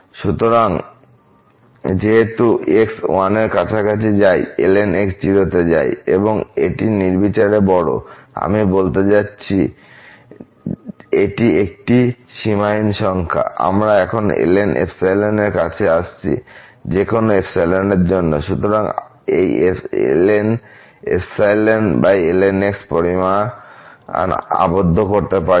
সুতরাং যেহেতু x 1 এর কাছাকাছি যায় ln x 0 তে যায় এবং এটি নির্বিচারে বড় আমি বলতে চাচ্ছি এটি একটি সীমাহীন সংখ্যা আমরা এখন ln এর কাছে আসছি যে কোনও এর জন্য আমরা এই ln ln x পরিমাণ আবদ্ধ করতে পারি না